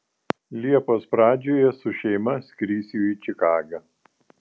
liepos pradžioje su šeima skrisiu į čikagą